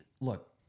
look